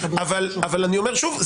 אבל אני אומר שוב,